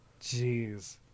Jeez